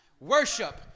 Worship